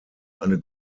eine